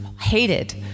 hated